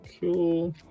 cool